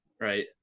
right